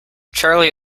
charlie